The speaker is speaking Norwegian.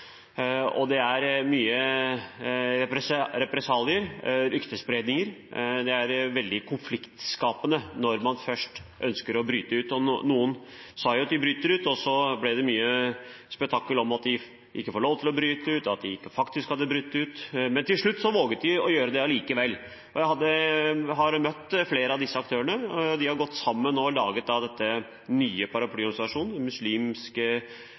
Det er mange represalier og mye ryktespredning. Det er veldig konfliktskapende når man først ønsker å bryte ut. Noen sa at de skulle bryte ut, og så ble det mye spetakkel om at de ikke fikk lov til å bryte ut, at de ikke hadde brutt ut – men til slutt våget de å gjøre det likevel. Jeg har møtt flere av disse aktørene. De har gått sammen og laget denne nye paraplyorganisasjonen,